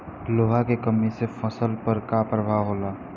लोहा के कमी से फसल पर का प्रभाव होला?